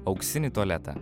auksinį tualetą